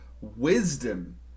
wisdom